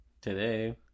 today